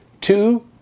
two